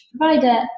provider